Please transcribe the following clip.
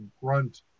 grunt